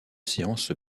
séance